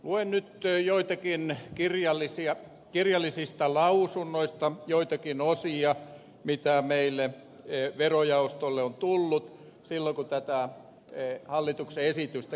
luen nyt kirjallisista lausunnoista joitakin osia mitä meille verojaostolle on tullut silloin kun tätä hallituksen esitystä käsiteltiin